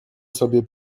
sobie